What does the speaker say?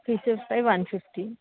fish fry one fifty